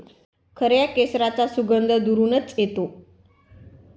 खऱ्या केशराचा सुगंध दुरूनच येतो